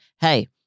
hey